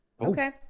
okay